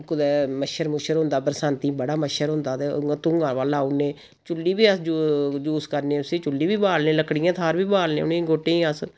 कुतै मच्छर मुच्छर होंदा बरसांती बड़ा मच्छर होंदा ते उ'यां धुआं बल्ल लाऊ उड़ने चुल्ली बी अस यूज करने उस्सी चुल्ली बी बालने लकड़ियें थाह्र बी बालने उ'नेंगी गोह्टें गी अस